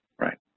right